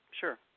sure